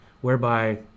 whereby